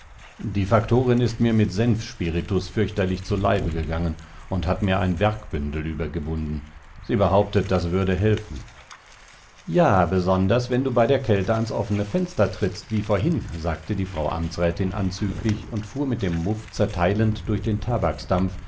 die faktorin ist mir mit senfspiritus fürchterlich zu leibe gegangen und hat mir ein wergbündel übergebunden sie behauptet das würde helfen ja besonders wenn du bei der kälte ans offene fenster trittst wie vorhin sagte die frau amtsrätin anzüglich und fuhr mit dem muff zerteilend durch den